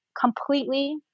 completely